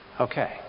okay